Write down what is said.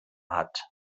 hat